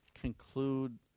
conclude